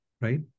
right